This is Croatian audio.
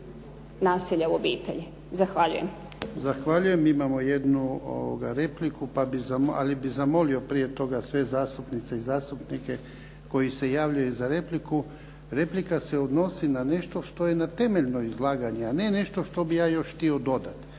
nasilja u obitelji. Zahvaljujem. **Jarnjak, Ivan (HDZ)** Zahvaljujem. Imamo jednu repliku, ali bih zamolio prije toga sve zastupnice i zastupnike koji se javljaju za repliku. Replika se odnosi na nešto što je na temeljno izlaganje, a nešto što bih ja još htio dodati.